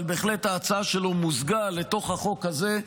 אבל בהחלט ההצעה שלו מוזגה לתוך החוק הזה,